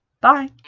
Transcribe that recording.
bye